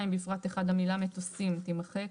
בפרט (1), במילה "מטוסים" - תימחק.